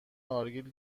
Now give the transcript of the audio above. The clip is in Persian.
نارگیل